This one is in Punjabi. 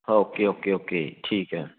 ਓਕੇ ਓਕੇ ਓਕੇ ਠੀਕ ਹੈ